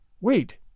wait